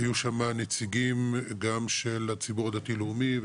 היו שם נציגים גם של הציבור הדתי לאומי,